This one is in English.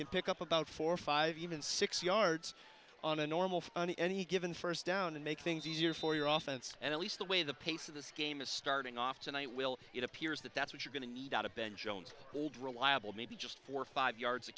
can pick up about four five even six yards on a normal on any given first down and make things easier for your office and at least the way the pace of this game is starting off tonight will it appears that that's what you're going to need out of ben jones old reliable maybe just for five yards a